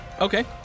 Okay